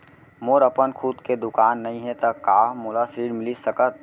मोर अपन खुद के दुकान नई हे त का मोला ऋण मिलिस सकत?